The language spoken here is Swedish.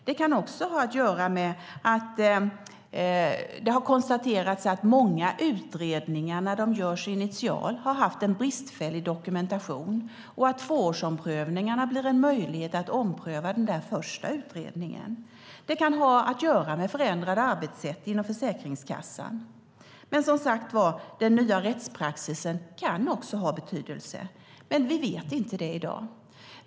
Det kan ha att göra med att det konstaterats att många utredningar initialt haft en bristfällig dokumentation och att tvåårsomprövningarna blir en möjlighet att ompröva den första utredningen. Det kan ha att göra med förändrade arbetssätt inom Försäkringskassan. Men som sagt: Den nya rättspraxisen kan också ha betydelse. Det vet vi inte i dag.